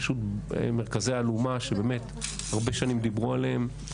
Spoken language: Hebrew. פשוט מרכזי אלומה שבאמת הרבה שנים דיברו עליהם.